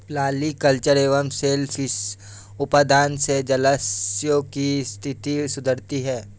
polyculture एवं shellfish उत्पादन से जलाशयों की स्थिति सुधरती है